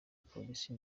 polisi